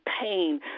pain